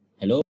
Hello